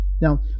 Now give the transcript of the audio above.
Now